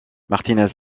martínez